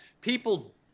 People